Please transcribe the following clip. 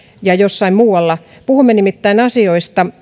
ja jossain muualla puhumme nimittäin asioista